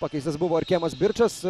pakeistas buvo ir kemas birčas